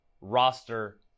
roster